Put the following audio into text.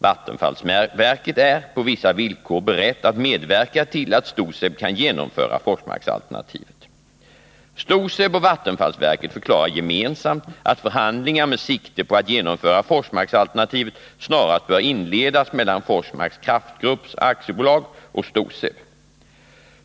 Vattenfallsverket är på vissa villkor berett att medverka till att STOSEB STOSEB och vattenfallsverket förklarar gemensamt att förhandlingar med sikte på att genomföra Forsmarksalternativet snarast bör inledas mellan Forsmarks Kraftgrupp AB och STOSEB.